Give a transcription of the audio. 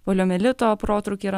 poliomielito protrūkį yra